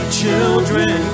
children